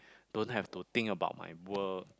don't have to think about my work